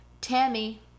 Tammy